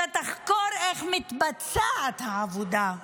אלא תחקור איך מתבצעת העבודה,